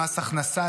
למס הכנסה,